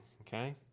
okay